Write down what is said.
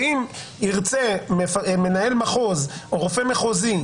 ואם ירצה מנהל מחוז או רופא מחוזי,